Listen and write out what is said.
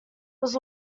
was